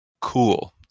cool